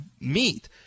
meet